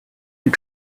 you